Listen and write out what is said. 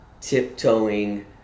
tiptoeing